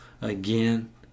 again